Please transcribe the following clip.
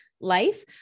life